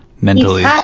mentally